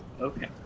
okay